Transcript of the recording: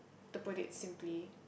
to put it simply